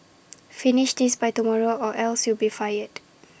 finish this by tomorrow or else you'll be fired